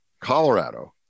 Colorado